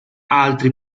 altri